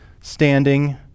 standing